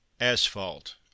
Asphalt